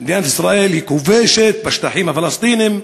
מדינת ישראל היא כובשת בשטחים הפלסטיניים.